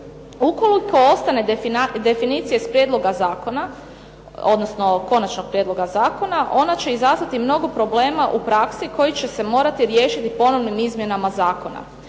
zakona, odnosno konačnog prijedloga zakona, ona će izazvati mnoga problema u praksi koji će se morati riješiti ponovnim izmjenama zakona.